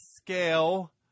scale